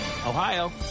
Ohio